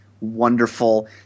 wonderful